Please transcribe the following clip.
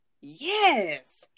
Yes